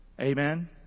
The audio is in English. Amen